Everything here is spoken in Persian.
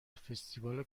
فستیوال